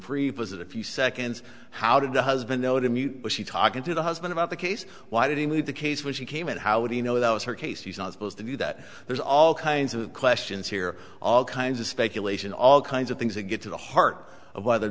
brief was a few seconds how did the husband know to mute was she talking to the husband about the case why did he leave the case when she came and how do you know that was her case he's not supposed to do that there's all kinds of questions here all kinds of speculation all kinds of things that get to the heart of whether